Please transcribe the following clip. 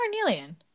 carnelian